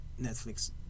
Netflix